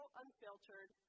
unfiltered